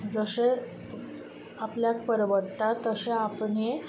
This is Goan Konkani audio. जशें आपल्याक परवडटा तशें आपणें